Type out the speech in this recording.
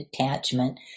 attachment